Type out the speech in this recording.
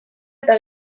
eta